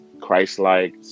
Christ-like